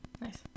Nice